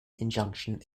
injunction